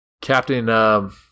Captain